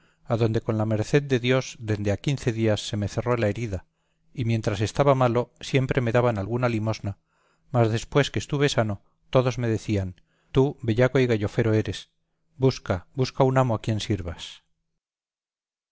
toledo adonde con la merced de dios dende a quince días se me cerró la herida y mientras estaba malo siempre me daban alguna limosna mas después que estuve sano todos me decían tú bellaco y gallofero eres busca busca un amo a quien sirvas